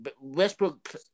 Westbrook